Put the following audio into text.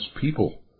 people